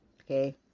Okay